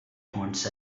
haunts